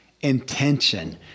intention